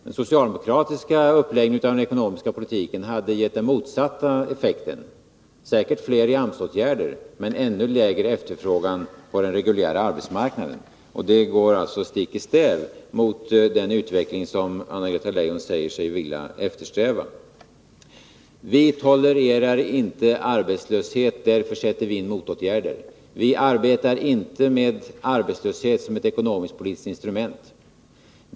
Den socialdemokratiska uppläggningen av den ekonomiska politiken hade gett den motsatta effekten — säkert fler AMS-åtgärder, men mindre efterfrågan på den reguljära arbetsmarknaden. Det går alltså stick i stäv mot den utveckling som Anna-Greta Leijon säger sig eftersträva. Vi tolererar inte arbetslöshet, och därför sätter vi in motåtgärder. Vi arbetar inte med arbetslösheten som ett ekonomiskt-politiskt instrument.